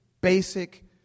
basic